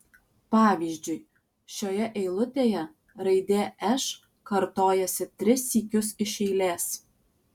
pavyzdžiui šioje eilutėje raidė š kartojasi tris sykius iš eilės